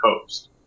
coast